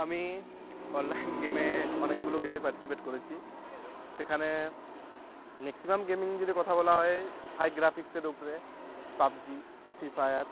আমি অনলাইন গেমে অনেকগুলো গেমে পার্টিসিপেট করেছি সেখানে ম্যাক্সিমাম গেমিং যদি কথা বলা হয় হাই গ্রাফিক্সের উপরে পাবজি ফ্রি ফায়ার